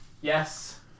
Yes